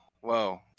whoa